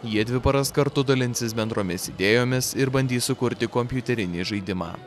jie dvi paras kartu dalinsis bendromis idėjomis ir bandys sukurti kompiuterinį žaidimą